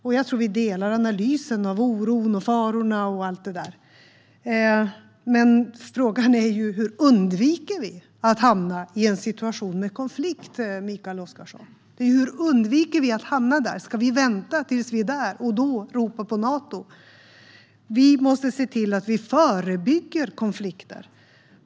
Jag tror att vi delar analysen av oron, farorna och allt det där. Men frågan är ju hur vi undviker att hamna i en situation med konflikt, Mikael Oscarsson. Hur undviker vi att hamna där? Ska vi vänta tills vi är där, och då ropa på Nato? Vi måste se till att vi förebygger konflikter.